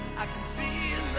i can see a